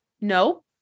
No